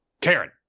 Karen